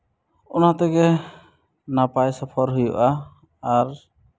ᱚᱱᱟ ᱛᱮᱜᱮ ᱱᱟᱯᱟᱭ ᱥᱚᱯᱷᱚᱨ ᱦᱩᱭᱩᱜᱼᱟ ᱟᱨ